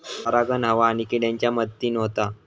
परागण हवा आणि किड्यांच्या मदतीन होता